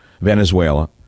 Venezuela